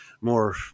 more